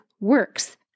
works